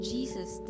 Jesus